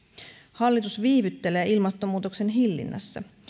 hallitus viivyttelee ilmastonmuutoksen hillinnässä